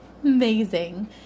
Amazing